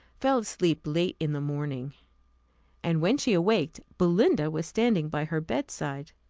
fell asleep late in the morning and when she awaked, belinda was standing by her bedside.